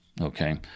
okay